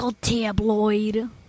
tabloid